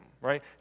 right